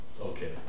Okay